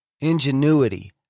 ingenuity